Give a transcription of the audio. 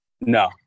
No